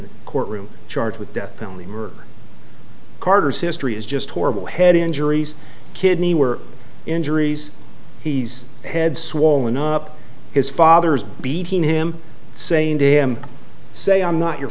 the courtroom charged with death penalty murder carter's history is just horrible head injuries kidney were injuries he's had swollen up his fathers beat him saying to him say i'm not your